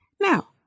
Now